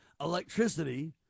Electricity